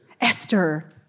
Esther